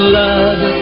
love